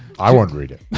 i won't read it.